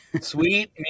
sweet